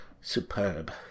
superb